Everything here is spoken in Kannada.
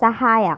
ಸಹಾಯ